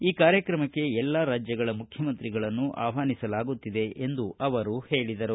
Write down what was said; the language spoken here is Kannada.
ಈ ಕಾರ್ಯಕ್ರಮಕ್ಕೆ ಎಲ್ಲಾ ರಾಜ್ಯಗಳ ಮುಖ್ಯಮಂತ್ರಿಗಳನ್ನು ಆಹ್ವಾನಿಸಲಾಗುತ್ತಿದೆ ಎಂದು ಅವರು ಹೇಳಿದರು